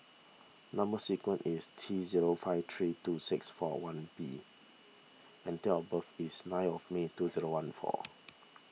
Number Sequence is T zero five three two six four one B and date of birth is nine of May two zero one four